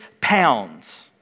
pounds